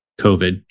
COVID